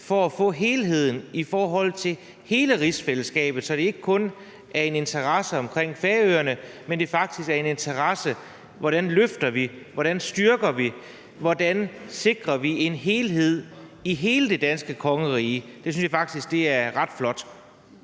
for at få helheden i forhold til hele rigsfællesskabet, så det ikke kun er en interesse omkring Færøerne, men det faktisk er en interesse for, hvordan vi løfter, hvordan vi styrker, hvordan vi sikrer en helhed i hele det danske kongerige. Det synes jeg faktisk er ret flot.